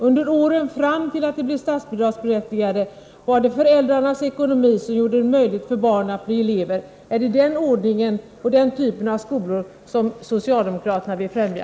Under åren fram till att de blev statsbidragsberättigade var det föräldrarnas ekonomi som gjorde det möjligt för barn att bli elever. Är det den ordningen och den typen av skolor som socialdemokraterna vill främja?